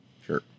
Sure